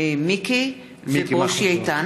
לדיון מוקדם